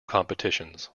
competitions